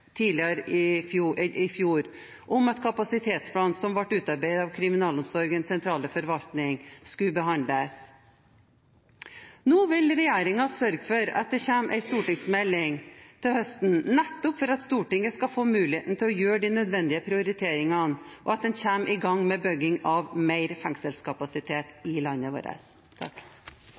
i fjor om at kapasitetsplanen som ble utarbeidet av Kriminalomsorgens sentrale forvaltning, skulle behandles? Nå vil regjeringen sørge for at det kommer en stortingsmelding til høsten, nettopp for at Stortinget skal få muligheten til å gjøre de nødvendige prioriteringene, slik at en kommer i gang med bygging av mer fengselskapasitet i landet vårt.